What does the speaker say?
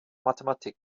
mathematik